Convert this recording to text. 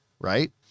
Right